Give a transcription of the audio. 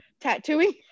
tattooing